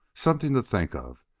something to think of,